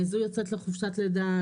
זו יוצאת לחופשת לידה.